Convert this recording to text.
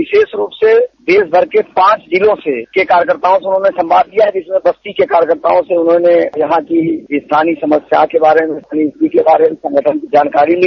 विशेष रूप से देश भर के पांच जिलों के कार्यकर्ताओं से उन्होंने किया जिसमें बस्ती के कार्यकर्ताओं ने उन्होंने यहां के स्थानीय समस्या के बारे में स्थानीय संगठन के बारे में जानकारी ली